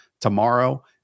tomorrow